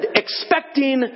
expecting